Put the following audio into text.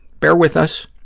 bear with us.